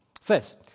First